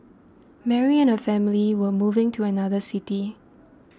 Mary and her family were moving to another city